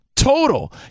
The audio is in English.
Total